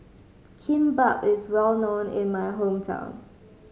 kimbap is well known in my hometown